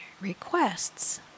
requests